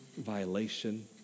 violation